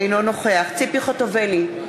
אינו נוכח ציפי חוטובלי,